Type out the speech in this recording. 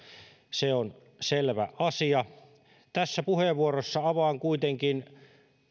se on selvä asia tässä puheenvuorossa avaan kuitenkin